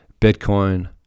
Bitcoin